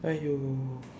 !aiyo!